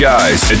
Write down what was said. Guys